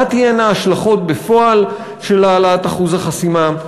תהיינה ההשלכות בפועל של העלאת אחוז החסימה.